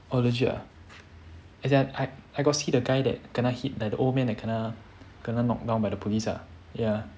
oh legit ah as in I I got see the guy that kena hit that old man like kena kena knocked down by the police ah ya